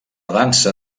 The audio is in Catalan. dansa